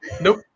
Nope